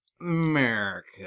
America